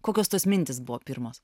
kokios tos mintys buvo pirmos